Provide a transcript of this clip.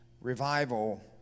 revival